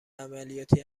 عملیاتی